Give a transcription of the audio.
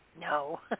No